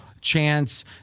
chance